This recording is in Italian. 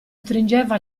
stringeva